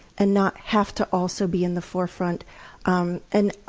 and not have to also be in the forefront um and,